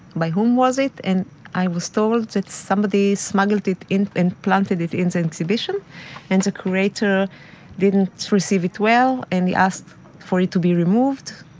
by whom was it? and i was told that somebody smuggled it in and planted it in the exhibition and the curator didn't receive it well and he asked for it to be removed,